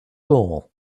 all